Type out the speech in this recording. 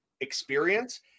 experience